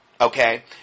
Okay